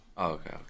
okay